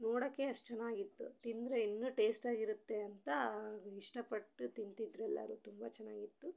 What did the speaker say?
ನೋಡಕ್ಕೇ ಅಷ್ಟು ಚೆನ್ನಾಗಿತ್ತು ತಿಂದರೆ ಇನ್ನೂ ಟೇಸ್ಟಾಗಿ ಇರುತ್ತೆ ಅಂತ ಇಷ್ಟಪಟ್ಟು ತಿಂತಿದ್ರು ಎಲ್ಲರೂ ತುಂಬ ಚೆನ್ನಾಗಿತ್ತು